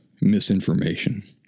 misinformation